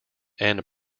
end